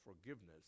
forgiveness